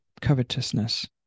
covetousness